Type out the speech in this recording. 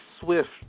swift